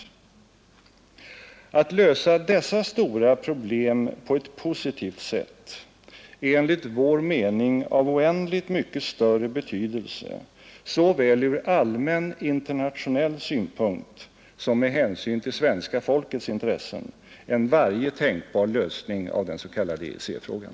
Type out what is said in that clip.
Att lösa dessa stora probelm på ett positivt sätt är enligt vår mening av oändligt mycket större betydelse såväl från allmän internationell synpunkt som med hänsyn till svenska folkets intressen än varje tänkbar lösnig av den s.k. EEC-frågan.